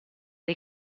dei